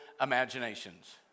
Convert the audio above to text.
imaginations